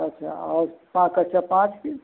अच्छा और हाँ कक्षा पाँच की